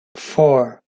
four